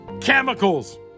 chemicals